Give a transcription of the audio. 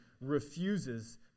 refuses